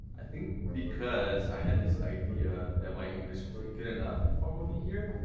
i think because i had this idea that my english was good enough before moving here,